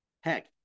Heck